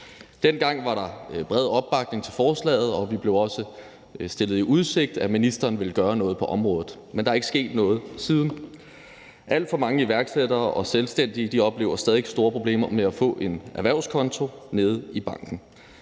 Dengang var der bred opbakning til forslaget, og vi blev også stillet i udsigt, at ministeren ville gøre noget på området. Men der er ikke sket noget siden. Alt for mange iværksættere og selvstændige oplever stadig væk store problemer med at få en erhvervskonto nede i banken.